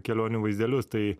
kelionių vaizdelius tai